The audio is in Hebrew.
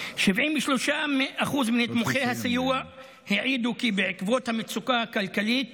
73% מנתמכי הסיוע העידו כי בעקבות המצוקה הכלכלית